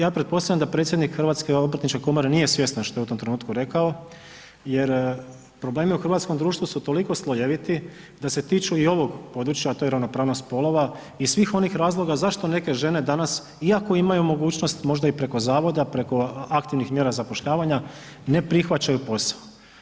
Ja pretpostavljam da predsjednik Hrvatske obrtničke komore nije svjestan što je u tom trenutku rekao jer problemi u hrvatskom društvu su toliko slojeviti da se tiču i ovog područja, a to je ravnopravnost spolova i svih onih razloga zašto neke žene danas iako imaju mogućnost možda i preko zavoda, preko aktivnih mjera zapošljavanja ne prihvaćaju posao.